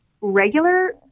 regular